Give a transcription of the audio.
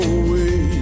away